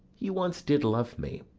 you once did love me.